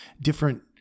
different